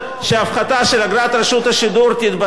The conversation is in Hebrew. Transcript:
להפחתה של אגרת רשות השידור.